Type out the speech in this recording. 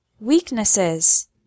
Weaknesses